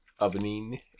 ovening